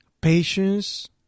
Patience